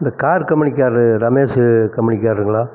இந்த car company காரர் ரமேஷ் கம்பெனிக்காருங்களா